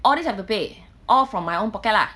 all this have to pay all from my own pocket lah